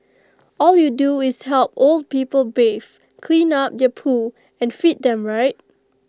all you do is help old people bathe clean up their poo and feed them right